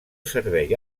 servei